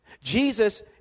Jesus